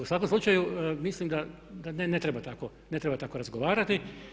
U svakom slučaju mislim da ne treba tako razgovarati.